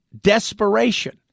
Desperation